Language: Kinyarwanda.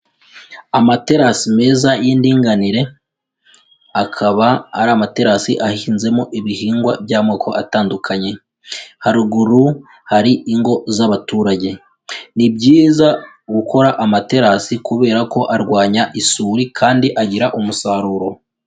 Amaterasi meza y'indinganire, akaba ari amaterasi ahinzemo ibihingwa by'amoko atandukanye, haruguru hari ingo z'abaturage, ni byiza gukora amaterasi kubera ko arwanya isuri kandi agira umusaruro.